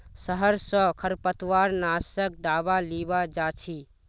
शहर स खरपतवार नाशक दावा लीबा जा छि